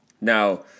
Now